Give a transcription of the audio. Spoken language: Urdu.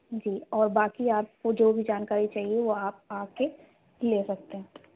جی اور باقی آپ کو جو بھی جانکاری چاہیے وہ آپ آ کے لے سکتے ہیں